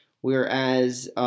Whereas